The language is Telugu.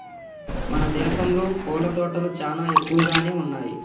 మన దేసంలో పూల తోటలు చానా ఎక్కువగానే ఉన్నయ్యి